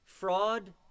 Fraud